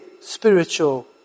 spiritual